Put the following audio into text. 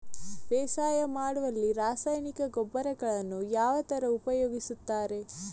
ಬೇಸಾಯ ಮಾಡುವಲ್ಲಿ ರಾಸಾಯನಿಕ ಗೊಬ್ಬರಗಳನ್ನು ಯಾವ ತರ ಉಪಯೋಗಿಸುತ್ತಾರೆ?